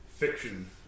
fiction